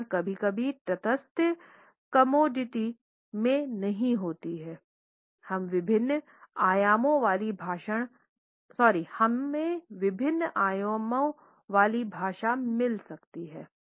भाषा कभी भी तटस्थ कमोडिटी में नहीं होती है हमें विभिन्न आयामों वाली भाषा मिल सकती है